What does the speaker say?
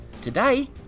Today